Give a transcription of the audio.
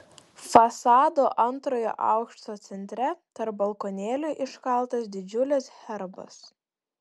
fasado antrojo aukšto centre tarp balkonėlių iškaltas didžiulis herbas